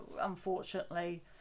unfortunately